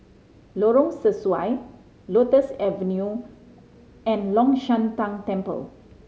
Lorong Sesuai Lotus Avenue and Long Shan Tang Temple